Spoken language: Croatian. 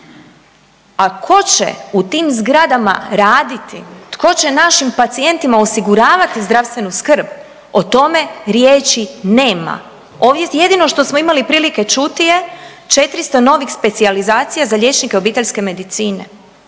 A tko će u tim zgradama raditi, tko će našim pacijentima osiguravati zdravstvenu skrb, o tome riječi nema. Ovdje jedino što smo imali prilike čuti je 400 novih specijalizacija za liječnike obiteljske medicine.